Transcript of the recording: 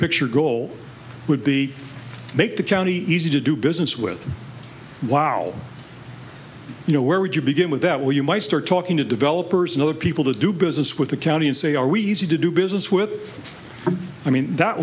picture goal would be make the county easy to do business with while you know where would you begin with that where you might start talking to developers and other people to do business with the county and say are we easy to do business with i mean that